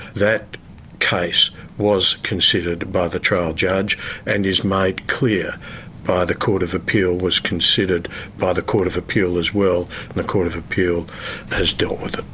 that case was considered by the trial judge and is made clear by the court of appeal, was considered by the court of appeal as well and the court of appeal has dealt with it.